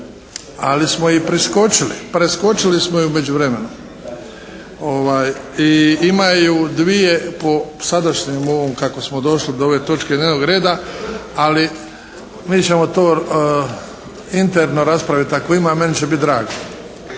ali smo ih preskočili u međuvremenu. I imaju dvije po sadašnjem ovom kako smo došli do ove točke dnevnog reda ali mi ćemo to interno raspraviti. Ako ima meni će biti drago.